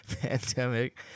pandemic